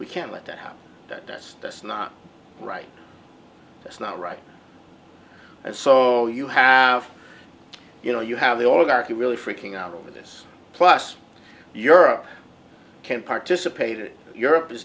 we can't let that happen that that's that's not right that's not right and so you have you know you have the all dark you really freaking out over this plus europe can't participate or europe is